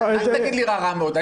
אל תגיד לי רע, רע מאוד.